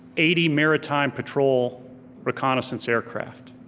eighty maritime patrol reconnaissance aircraft,